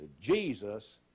Jesus